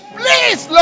please